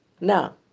now